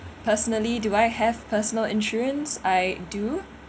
personally do I have personal insurance I do